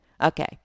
Okay